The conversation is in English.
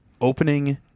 opening